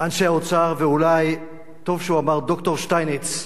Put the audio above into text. אנשי האוצר, ואולי טוב שהוא אמר ד"ר שטייניץ,